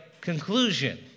conclusion